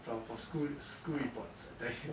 from from school school reports I tell you